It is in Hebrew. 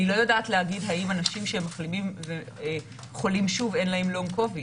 אני לא יודעת להגיד אם אנשים שמחלימים וחולים שוב אין להם Long Covid,